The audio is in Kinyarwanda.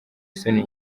isoni